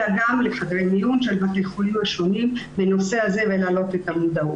אלא גם לחדרי המיון של בתי החולים השונים בנושא הזה ולהעלות את המודעות.